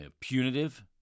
punitive